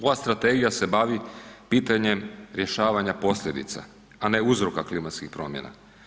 Ova strategija se bavi pitanjem rješavanja posljedica, a ne uzroka klimatskih promjena.